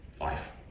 life